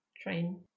Train